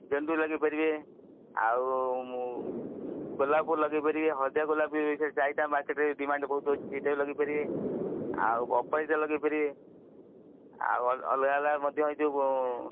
ଗେଣ୍ଡୁ ଲଗେଇପାରିବେ ଆଉ ଗୋଲାପ ଲଗେଇ ପାରିବେ ହଳଦିଆ ଗୋଲାପ ବି ଚାହିଦା ମାର୍କେଟରେ ଏବେ ଡିମାଣ୍ଡ ବି ବହୁତ ଅଛି ସେଇଟାବି ଲଗେଇ ପାରିବେ ଆଉ ଅପରାଜିତା ଲଗେଇ ପାରିବେ ଆଉ ଅଲଗା ଅଲଗା ମଧ୍ୟ ଏ ଯେଉଁ